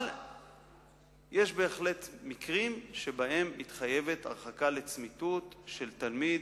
אבל בהחלט יש מקרים שבהם מתחייבת הרחקה לצמיתות של תלמיד,